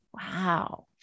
wow